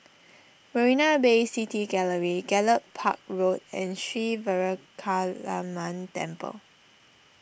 Marina Bay City Gallery Gallop Park Road and Sri Veeramakaliamman Temple